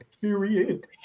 Period